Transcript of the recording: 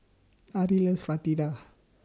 Ari loves Fritada